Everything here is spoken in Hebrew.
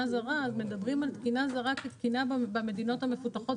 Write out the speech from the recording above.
זרה אז מדברים על תקינה זרה כתקינה במדינות המפותחות,